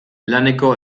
laneko